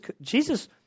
Jesus